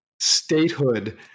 statehood